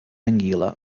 anguila